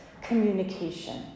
communication